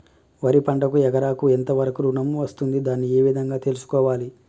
వరి పంటకు ఎకరాకు ఎంత వరకు ఋణం వస్తుంది దాన్ని ఏ విధంగా తెలుసుకోవాలి?